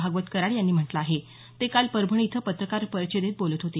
भागवत कराड यांनी म्हटलं आहे ते काल परभणी इथं पत्रकार परिषदेत बोलत होते